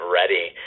ready